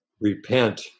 repent